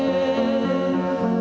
and